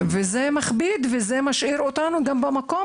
וזה מכביד, וגם משאיר אותנו במקום.